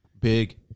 Big